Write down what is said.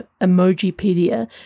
Emojipedia